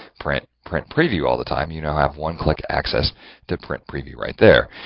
print, print preview all the time you know have one click access to print preview right there.